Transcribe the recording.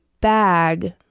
bag